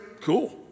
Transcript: Cool